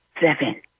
Seven